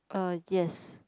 uh yes